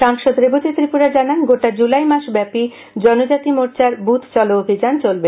সাংসদ রেবতী ত্রিপুরা জানান গোটা জুলাই মাস ব্যাপী জনজাতি মোর্চার বুখ চলো অভিযান চলবে